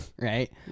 right